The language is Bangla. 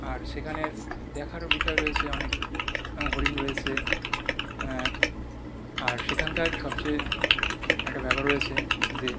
আর সেখানের দেখারও বিষয় রয়েছে অনেক হরিণ রয়েছে আর সেখানকার সবচেয়ে একটা ব্যাপার রয়েছে যে